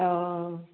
अह